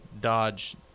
dodge